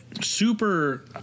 super